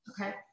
Okay